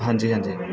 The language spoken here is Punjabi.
ਹਾਂਜੀ ਹਾਂਜੀ